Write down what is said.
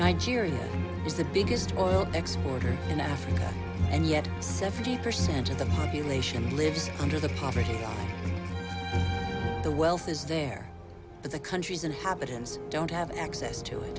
nigeria is the biggest oil exporters in africa and yet seventy percent of the population lives under the poverty the wealth is there but the country's inhabitants don't have access to it